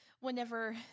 whenever